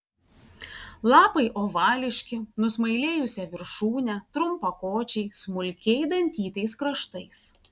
lapai ovališki nusmailėjusia viršūne trumpakočiai smulkiai dantytais kraštais